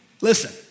listen